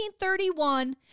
1931